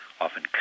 often